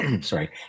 Sorry